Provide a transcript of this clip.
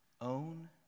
own